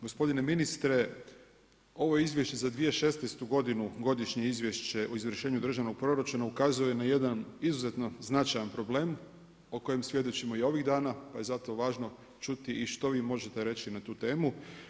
Gospodine ministre, ovo Izvješće za 2016. godinu Godišnje izvješće o izvršenju državnog proračuna ukazuje na jedan izuzetno značajan problem o kojem svjedočimo i ovih dana pa je zato važno čuti i što vi možete reći na tu temu.